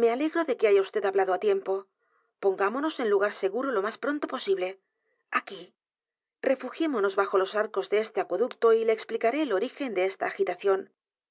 me alegro de que haya vd hablado á tiempo pongámonos en l u g a r seguro lo más pronto posible a q u í refugiémonos bajo los arcos de este acueducto y le explicaré el origen de esta